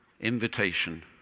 Invitation